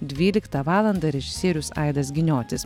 dvyliktą valandą režisierius aidas giniotis